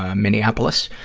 ah minneapolis,